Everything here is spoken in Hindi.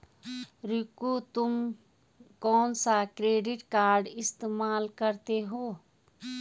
रिंकू तुम कौन सा क्रेडिट कार्ड इस्तमाल करते हो?